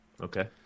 Okay